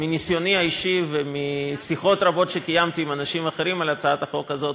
מניסיוני האישי ומשיחות רבות שקיימתי עם אנשים אחרים על הצעת החוק הזאת,